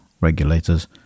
regulators